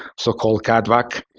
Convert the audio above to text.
so-called catvac.